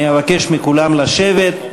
אני אבקש מכולם לשבת,